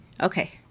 Okay